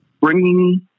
bringing